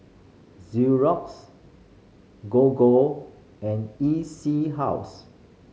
Xorex Gogo and E C House